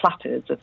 platters